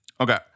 Okay